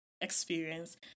experience